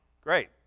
Great